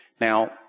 Now